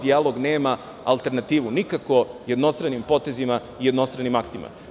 Dijalog nema alternativu, nikako jednostranim potezima i jednostranim aktima.